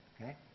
okay